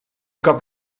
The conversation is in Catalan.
cop